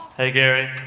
hey, gary,